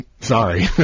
Sorry